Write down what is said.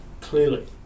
Clearly